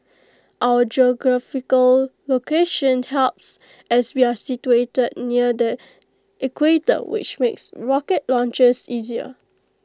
our geographical location helps as we are situated near the equator which makes rocket launches easier